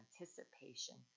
anticipation